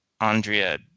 Andrea